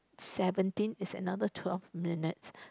seventeen is another twelve minutes